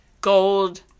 Gold